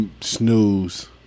Snooze